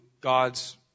God's